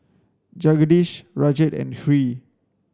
Jagadish Rajat and Hri